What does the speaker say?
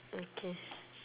okay